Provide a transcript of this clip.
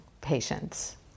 patients